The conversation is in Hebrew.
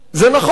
זה נכון,